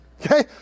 okay